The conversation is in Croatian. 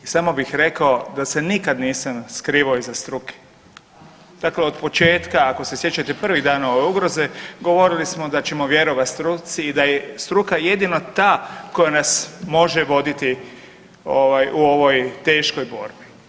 I samo bih rekao da se nikad nisam skrivao iza struke, dakle otpočetka ako se sjećate prvih dana ove ugroze govorili smo da ćemo vjerovat struci i da je struka jedino ta koja nas može voditi ovaj u ovoj teškoj borbi.